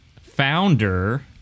founder